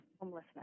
homelessness